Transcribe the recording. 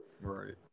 Right